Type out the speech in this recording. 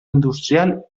industrial